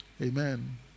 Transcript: Amen